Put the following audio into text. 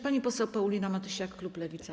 Pani poseł Paulina Matysiak, klub Lewica.